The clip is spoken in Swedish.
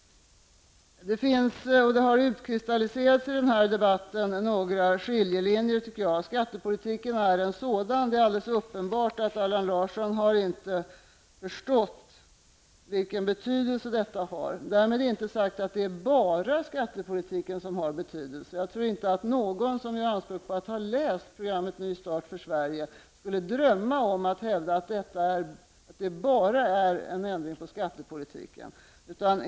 Det har utkristalliserats några skiljelinjer i den här debatten. Skattepolitiken är en sådan. Det är alldeles uppenbart att Allan Larsson inte har förstått vilken betydelse detta har. Därmed inte sagt att det bara är skattepolitiken som har betydelse. Jag tror inte att någon som gör anspråk på att ha läst programmet Ny start för Sverige skulle drömma om att hävda att detta bara handlar om en ändring av skattepolitiken.